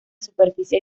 superficie